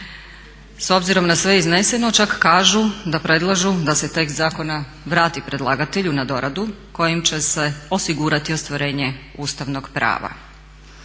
S obzirom na sve izneseno čak kažu da predlažu da se tekst zakona vrati predlagatelju na doradu kojim će se osigurati ostvarenje ustavnog prava.